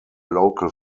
local